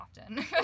often